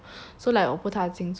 so like 我不太清楚 lah